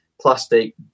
plastic